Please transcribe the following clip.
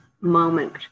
moment